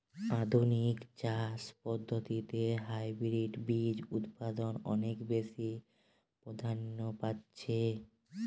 আধুনিক চাষ পদ্ধতিতে হাইব্রিড বীজ উৎপাদন অনেক বেশী প্রাধান্য পাচ্ছে